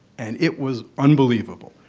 and it was unbelievable.